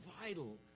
vital